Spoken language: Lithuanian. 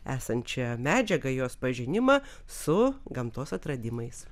esančią medžiagą jos pažinimą su gamtos atradimais